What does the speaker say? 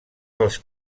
dels